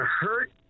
hurt